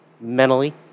mentally